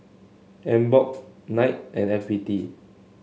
Emborg Knight and F B T